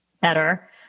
better